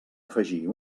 afegir